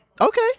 Okay